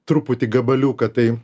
truputį gabaliuką tai